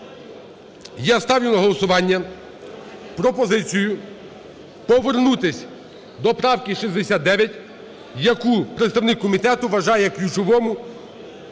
я ставлю на голосування пропозицію повернутись до правки 69, яку представник комітету вважає ключовою